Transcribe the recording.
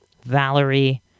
Valerie